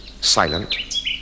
silent